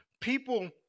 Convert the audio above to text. People